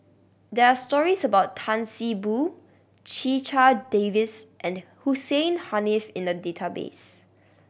there are stories about Tan See Boo Checha Davies and Hussein Haniff in the database